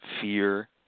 Fear